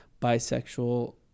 bisexual